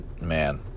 man